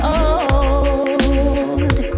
old